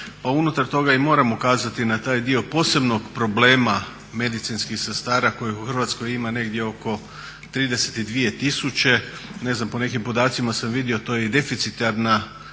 unutar toga i moramo ukazati na taj dio posebnog problema medicinskih sestara kojih u Hrvatskoj ima negdje oko 32 tisuće. Ne znam po nekim podacima sam vidio to je i deficitarna